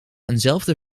eenzelfde